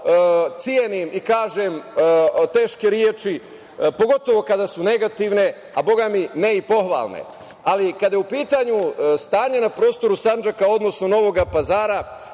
cenim i kažem teške reči, pogotovo kada su negativne, a bogami ne i pohvalne, ali kada je u pitanju stanje na prostoru Sandžaka, odnosno Novog Pazara,